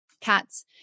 cats